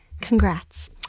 congrats